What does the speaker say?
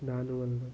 దాని వల్ల